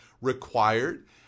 required